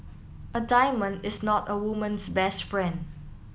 a diamond is not a woman's best friend